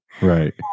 Right